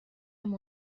amb